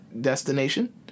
destination